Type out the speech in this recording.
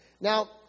Now